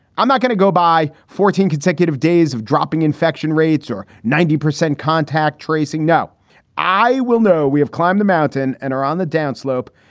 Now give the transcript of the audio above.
i'm not going to go by fourteen consecutive days of dropping infection rates or ninety percent contact tracing. now i will know we have climbed the mountain and are on the downslope.